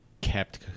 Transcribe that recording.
kept